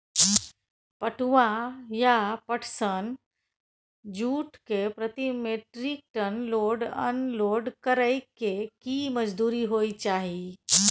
पटुआ या पटसन, जूट के प्रति metric ton load unload करै के की मजदूरी होय चाही?